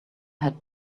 had